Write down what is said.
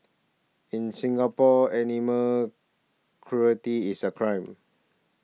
in Singapore animal cruelty is a crime